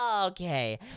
Okay